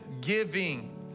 giving